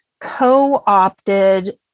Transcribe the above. co-opted